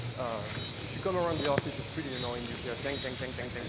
if you come around the office, it's pretty annoying, you hear jank, jank, jank, jank, jank,